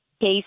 case